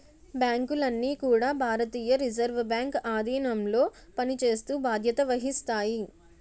బ్యాంకులన్నీ కూడా భారతీయ రిజర్వ్ బ్యాంక్ ఆధీనంలో పనిచేస్తూ బాధ్యత వహిస్తాయి